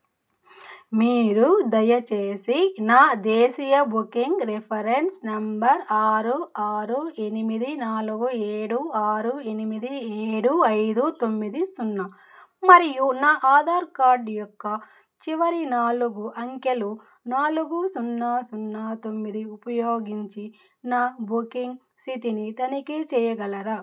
మీరు దయచేసి నా దేశీయ బుకింగ్ రిఫరెన్స్ నంబర్ ఆరు ఆరు ఎనిమిది నాలుగు ఏడు ఆరు ఎనిమిది ఏడు ఐదు తొమ్మిది సున్నా మరియు నా ఆధార్కార్డ్ యొక్క చివరి నాలుగు అంకెలు నాలుగు సున్నా సున్నా తొమ్మిది ఉపయోగించి నా బుకింగ్ సితిని తనిఖీ చేయగలరా